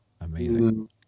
Amazing